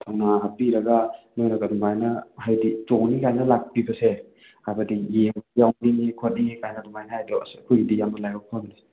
ꯊꯧꯅꯥ ꯍꯥꯞꯄꯤꯔꯒ ꯅꯣꯏꯅꯒ ꯑꯗꯨꯃꯥꯏꯅ ꯍꯥꯏꯗꯤ ꯆꯣꯡꯅꯤꯀꯥꯏꯅ ꯂꯥꯛꯄꯤꯕꯁꯦ ꯍꯥꯏꯕꯗꯤ ꯌꯦꯡꯅꯤ ꯌꯥꯎꯅꯤ ꯈꯣꯠꯅꯤ ꯀꯥꯏꯅ ꯑꯗꯨꯃꯥꯏꯅ ꯍꯥꯏꯕꯗꯣ ꯑꯁ ꯑꯩꯈꯣꯏꯒꯤꯗꯤ ꯌꯥꯝꯅ ꯂꯥꯏꯕꯛ ꯐꯕꯅꯦ